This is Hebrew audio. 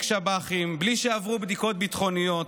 שב"חים בלי שעברו בדיקות ביטחוניות,